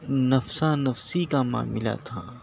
نفسا نفسی کا معاملہ تھا